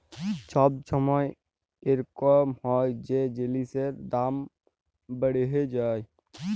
ছব ছময় ইরকম হ্যয় যে জিলিসের দাম বাড়্হে যায়